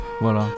Voilà